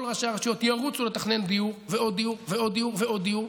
ראשי הרשויות ירוצו לתכנן דיור ועוד דיור ועוד דיור,